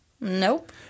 Nope